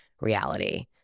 reality